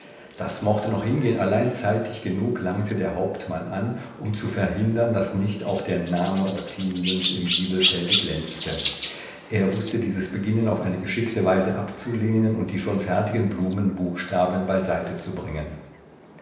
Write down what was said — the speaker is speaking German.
das mochte noch hingehen allein zeitig genug langte der hauptmann an um zu verhindern daß nicht auch der name ottiliens im giebelfelde glänzte er wußte dieses beginnen auf eine geschickte weise abzulehnen und die schon fertigen blumenbuchstaben beiseitezubringen der